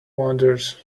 wanders